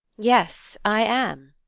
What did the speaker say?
yes, i am.